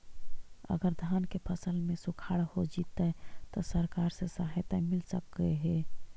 अगर धान के फ़सल में सुखाड़ होजितै त सरकार से सहायता मिल सके हे?